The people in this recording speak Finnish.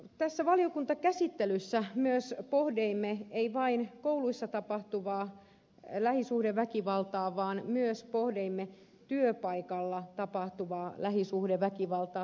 tässä valiokuntakäsittelyssä pohdimme emme vain kouluissa tapahtuvaa lähisuhdeväkivaltaa vaan myös pohdimme työpaikalla tapahtuvaa lähisuhdeväkivaltaa tarkemmin